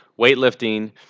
weightlifting